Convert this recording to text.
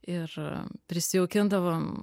ir prisijaukindavom